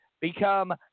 become